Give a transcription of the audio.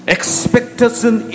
Expectation